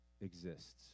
exists